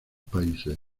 países